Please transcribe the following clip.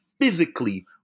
physically